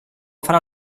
fra